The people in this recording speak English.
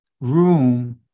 room